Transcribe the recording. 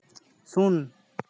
ᱥᱩᱱ